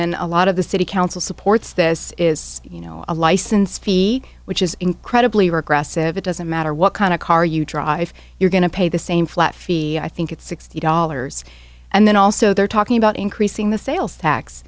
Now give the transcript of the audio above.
then a lot of the city council supports this is you know a license fee which is incredibly regressive it doesn't matter what kind of car you drive you're going to pay the same flat fee i think it's sixty dollars and then also they're talking about increasing the sales tax